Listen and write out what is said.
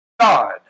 God